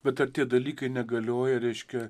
bet ar tie dalykai negalioja reiškia